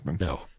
No